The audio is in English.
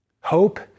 Hope